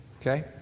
okay